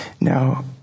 Now